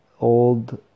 old